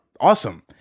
awesome